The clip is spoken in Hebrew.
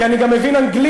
כי אני גם מבין אנגלית.